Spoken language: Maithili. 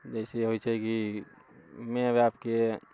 जैसे होइत छै कि माय बापके